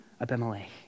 Abimelech